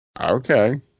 okay